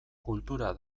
kultura